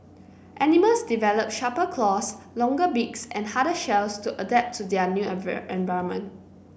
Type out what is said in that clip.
animals develop sharper claws longer beaks and harder shells to adapt to their environment